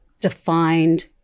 defined